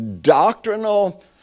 doctrinal